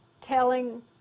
telling